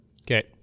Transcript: Okay